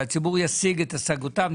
שהציבור ישיג את השגותיו,